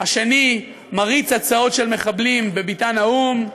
השני מריץ הצעות של מחבלים בביתן האו"ם,